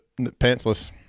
Pantsless